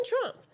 Trump